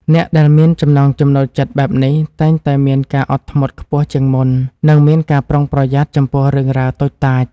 អ្នកដែលមានចំណង់ចំណូលចិត្តបែបនេះតែងតែមានការអត់ធ្មត់ខ្ពស់ជាងមុន និងមានការប្រុងប្រយ័ត្នចំពោះរឿងរ៉ាវតូចតាច។